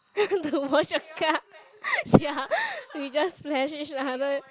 to wash a car ya we just splash each other